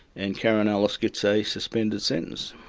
and karen ellis gets a suspended sentence.